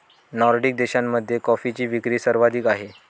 Nordic देशांमध्ये कॉफीची विक्री सर्वाधिक आहे